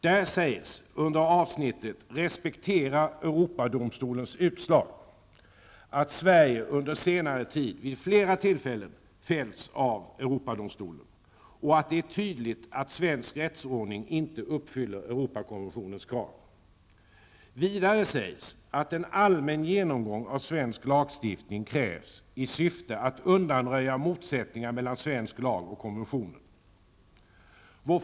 Där sägs under avsnittet Respektera Europadomstolens utslag att Sverige under senare tid vid flera tillfällen fällts av Europadomstolen och att det är tydligt att svensk rättsordning inte uppfyller Europakonventionens krav. Vidare sägs att en allmän genomgång av svensk lagstiftning krävs i syfte att undanröja motsättningar mellan svensk lag och konventionen.